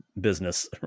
business